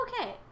Okay